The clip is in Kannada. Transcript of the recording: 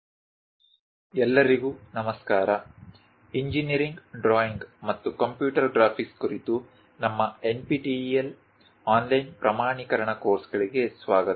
Conic Sections - III ಎಲ್ಲರಿಗೂ ನಮಸ್ಕಾರ ಇಂಜಿನೀರಿಂಗ್ ಡ್ರಾಯಿಂಗ್ ಮತ್ತು ಕಂಪ್ಯೂಟರ್ ಗ್ರಾಫಿಕ್ಸ್ ಕುರಿತು ನಮ್ಮ NPTEL ಆನ್ಲೈನ್ ಪ್ರಮಾಣೀಕರಣ ಕೋರ್ಸ್ಗಳಿಗೆ ಸ್ವಾಗತ